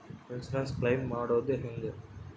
Insurance claim ಮಾಡದು ಹೆಂಗೆ?